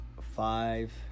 five